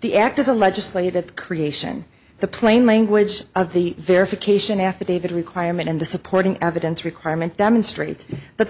the act is a legislative creation the plain language of the verification affidavit requirement and the supporting evidence requirement demonstrates that the